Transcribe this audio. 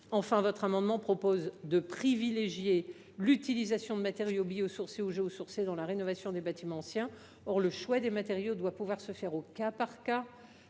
Enfin, cet amendement tend à privilégier l’utilisation de matériaux biosourcés ou géosourcés dans la rénovation des bâtiments anciens. Or le choix des matériaux doit pouvoir se faire au cas par cas,